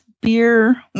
beer